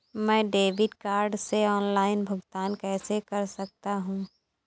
मैं debit card से online भुगतान कैसे कर सकता हूँ?